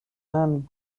and